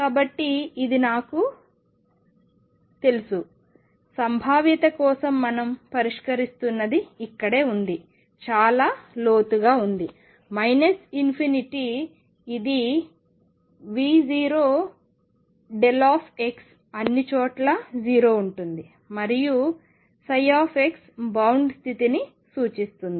కాబట్టి ఇది నాది మీకు తెలుసు సంభావ్యత కోసం మనం పరిష్కరిస్తున్నది ఇక్కడే ఉంది చాలా లోతుగా ఉంది ∞ ఇది V0δ అన్ని చోట్లా 0 ఉంటుంది మరియు ψ బౌండ్ స్థితిని సూచిస్తుంది